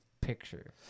picture